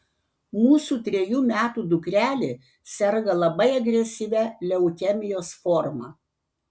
mūsų trejų metų dukrelė serga labai agresyvia leukemijos forma